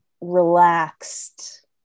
relaxed